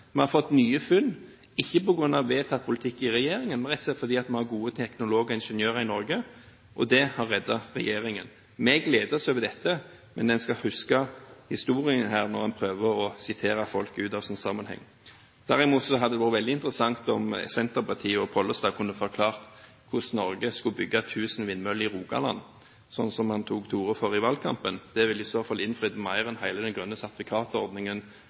Vi har fått nye funn – ikke på grunn av vedtatt politikk i regjeringen, men rett og slett fordi vi har gode teknologer og ingeniører i Norge. Det har reddet regjeringen. Vi gleder oss over dette, men en skal huske historien. Her må en prøve ikke å sitere folk ut av sammenhengen. Derimot hadde det vært veldig interessant om Senterpartiet og Pollestad kunne forklart hvordan Norge skulle bygge 1 000 vindmøller i Rogaland, sånn som han tok til orde for i valgkampen. Det ville i så fall innfridd mer enn hele den grønne sertifikatordningen